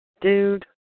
dude